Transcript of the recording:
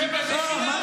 לא.